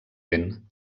lent